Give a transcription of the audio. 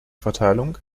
verteilung